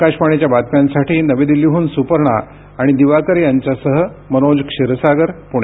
आकाशवाणीच्या बातम्यांसाठी नवी दिल्लीहून सुपर्णा आणि दिवाकर यांच्यासह मनोज क्षीरसागर पुणे